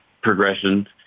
progression